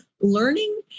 learning